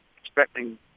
expecting